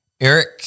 Eric